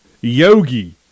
Yogi